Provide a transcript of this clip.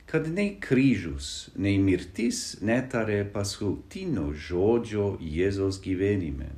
kad nei kryžius nei mirtis netarė paskutinio žodžio jėzaus gyvenime